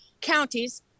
counties